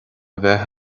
bheith